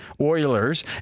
Oilers